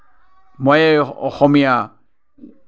মইয়েই অসমীয়া